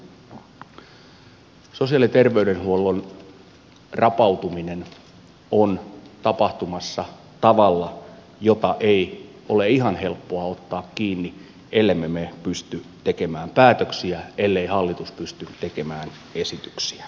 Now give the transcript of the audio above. sosiaali ja terveydenhuollon rapautuminen on tapahtumassa tavalla jota ei ole ihan helppoa ottaa kiinni ellemme me pysty tekemään päätöksiä ellei hallitus pysty tekemään esityksiä